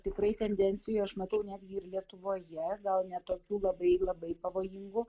tikrai tendencijų aš matau netgi ir lietuvoje gal ne tokių labai labai pavojingų